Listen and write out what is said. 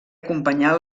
acompanyar